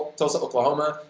tulsa, oklahoma,